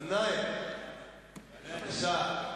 בבקשה.